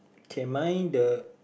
can mind the